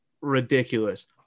ridiculous